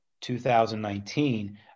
2019